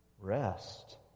rest